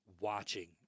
watching